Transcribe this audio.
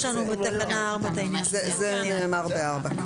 נאמר ב-(4).